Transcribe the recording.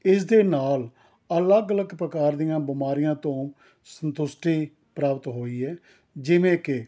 ਇਸ ਦੇ ਨਾਲ ਅਲੱਗ ਅਲੱਗ ਪ੍ਰਕਾਰ ਦੀਆਂ ਬਿਮਾਰੀਆਂ ਤੋਂ ਸੰਤੁਸ਼ਟੀ ਪ੍ਰਾਪਤ ਹੋਈ ਹੈ ਜਿਵੇਂ ਕਿ